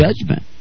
judgment